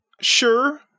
Sure